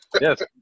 Yes